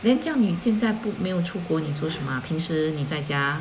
then 这样你现在没有出国你做什么 ah 平时你在家